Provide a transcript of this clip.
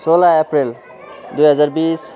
सोह्र अप्रेल दुई हजार बिस